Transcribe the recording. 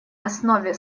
основе